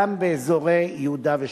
גם באזורי יהודה ושומרון.